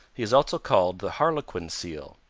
he is also called the harlequin seal.